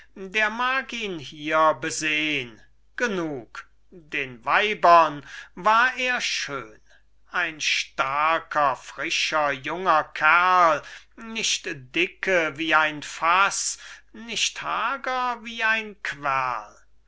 der mag ihn hier besehn genug den weibern war er schön ein starker frischer junger kerl nicht dicke wie ein faß nicht hager wie ein